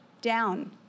down